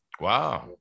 Wow